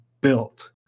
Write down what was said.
built